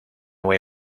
way